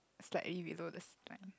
slightly below the sea line